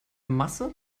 masse